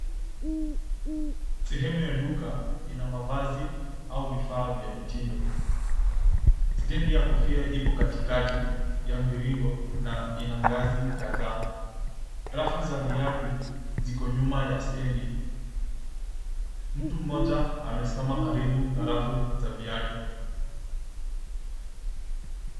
Sehemu ya duka ina mavazi au vifaa vya mitindo. Stendi ya kofia ipo katikati ya mviringo, na ina ngazi kadhaa. Rafu za viatu ziko nyuma ya stendi. Mtu mmoja amesimama karibu na rafu za viatu.